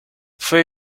fue